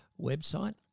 website